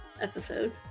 episode